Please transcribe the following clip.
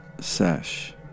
sesh